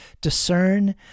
discern